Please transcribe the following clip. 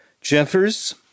Jeffers